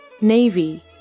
Navy